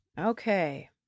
Okay